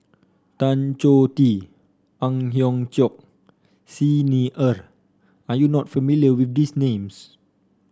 Tan Choh Tee Ang Hiong Chiok Xi Ni Er are you not familiar with these names